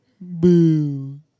Boo